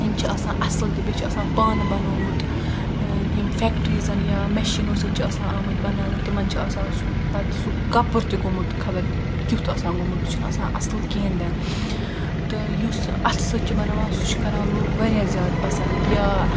یم چھ آسن اصٕل تہِ بیٚیہِ چھ آسان پانہِ بناومُت یم فیکٹیرزن یا میشینو سۭتۍ چھ آسان آمٕتۍ بناونہِ تمن چھِ آسان سُہ پتہِ سُہ کَپُر تہِ گوٚمُت خبر کیُتھ آسان گوٚمت سُہ چھنہِ آسان اصٕل کہینۍ تہِ نہِ تہٕ یُس اتھہٕ سۭتۍ چھ بناوان سُہ چھ کران لُکھ واریاہ زیادٕ پسنٛد یا